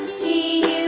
z,